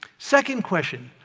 second question,